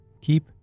keep